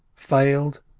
failed,